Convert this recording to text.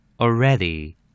Already